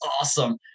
awesome